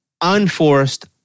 unforced